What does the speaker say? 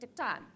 time